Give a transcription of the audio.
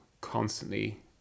constantly